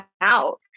out